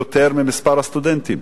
יותר ממספר הסטודנטים.